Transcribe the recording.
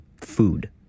food